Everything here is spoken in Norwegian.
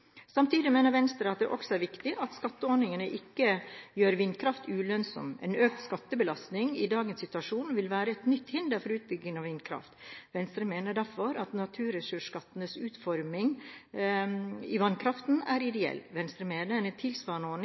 Samtidig mener Venstre at det også er viktig at skatteordningene ikke gjør vindkraft ulønnsom. En økt skattebelastning i dagens situasjon vil være et nytt hinder for utbygging av vindkraft, og Venstre mener derfor at naturressursskattens utforming i vannkraften er ideell. Venstre mener at en tilsvarende ordning